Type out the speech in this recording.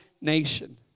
nation